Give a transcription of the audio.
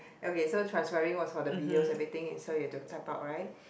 okay so transcribing was for the videos everything so you have to type out right